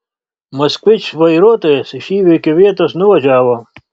moskvič vairuotojas iš įvykio vietos nuvažiavo